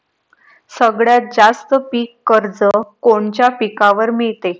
सगळ्यात जास्त पीक कर्ज कोनच्या पिकावर मिळते?